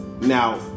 Now